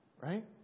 Right